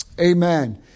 Amen